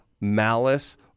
malice